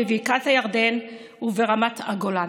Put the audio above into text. בבקעת הירדן וברמת הגולן.